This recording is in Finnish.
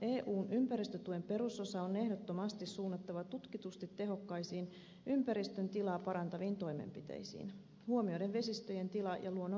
eun ympäristötuen perusosa on ehdottomasti suunnattava tutkitusti tehokkaisiin ympäristön tilaa pa rantaviin toimenpiteisiin huomioiden vesistöjen tila ja luonnon monimuotoisuus